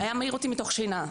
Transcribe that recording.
זה היה מעיר אותי מתוך שינה.